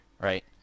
right